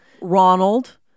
Ronald